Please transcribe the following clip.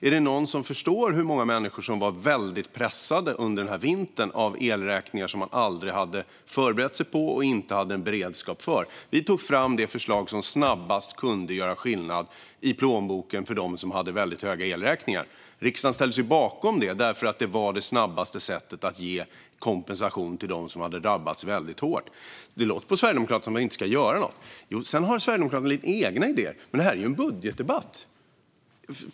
Är det någon som förstår hur många människor som har varit väldigt pressade under den här vintern av elräkningar som de aldrig hade förberett sig på och inte hade en beredskap för? Vi tog fram det förslag som snabbast kunde göra skillnad i plånboken för dem som hade väldigt höga elräkningar. Riksdagen ställde sig bakom det, för det var det snabbaste sättet att ge kompensation till dem som hade drabbats väldigt hårt. Det låter på Sverigedemokraterna som att man inte ska göra något. Sedan har Sverigedemokraterna en del egna idéer. Men det här är ju en budgetdebatt.